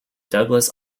douglas